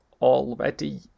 already